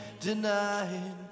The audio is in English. denied